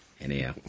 Anyhow